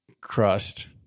crust